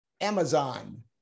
Amazon